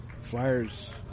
Flyers